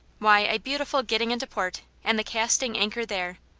why, a beautiful getting into port, and the casting anchor there.